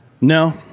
No